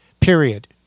period